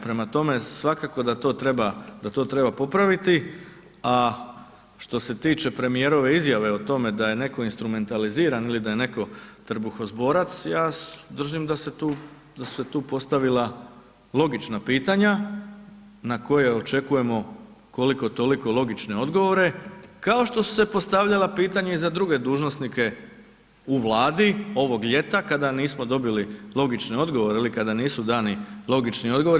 Prema tome, svakako da to treba popraviti, a što se tiče premijerove izjave o tome da je netko instrumentaliziran ili da je netko trbuhozborac ja držim da se tu, da su se tu postavila logična pitanja na koje očekujemo koliko toliko logične odgovore, kao što su se postavljala pitanja i za druge dužnosnike u Vladi ovog ljeta kada nismo dobili logične odgovore ili kada nisu dani logični odgovori.